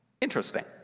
Interesting